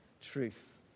truth